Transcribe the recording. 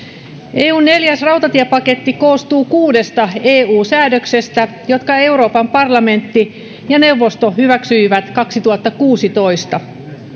eun neljäs rautatiepaketti koostuu kuudesta eu säädöksestä jotka euroopan parlamentti ja neuvosto hyväksyivät kaksituhattakuusitoista